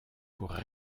pour